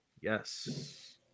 yes